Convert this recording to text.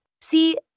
See